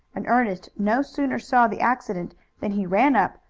and ernest no sooner saw the accident than he ran up,